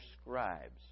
scribes